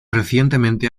recientemente